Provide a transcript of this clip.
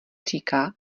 říká